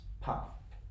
pop